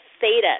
theta